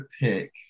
pick